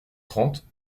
trente